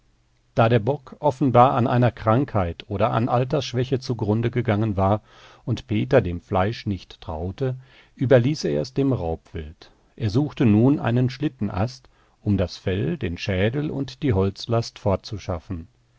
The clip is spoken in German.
da der bock offenbar an einer krankheit oder an altersschwäche zugrunde gegangen war und peter dem fleisch nicht traute überließ er es dem raubwild er suchte nun einen schlittenast um das fell den schädel und die holzlast fortzuschaffen